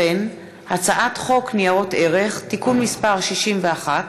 הצעת חוק ניירות ערך (תיקון מס' 61)